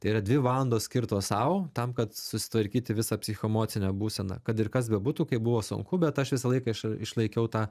tai yra dvi valandos skirtos sau tam kad susitvarkyti visą psichoemocinę būseną kad ir kas bebūtų kaip buvo sunku bet aš visą laiką iš išlaikiau tą